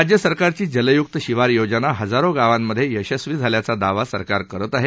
राज्य सरकारची जलय्क्त शिवार योजना हजारो गावांमध्ये यशस्वी झाल्याचा दावा सरकार करत आहे